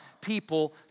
people